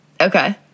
Okay